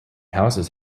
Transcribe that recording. houses